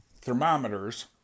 thermometers